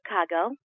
Chicago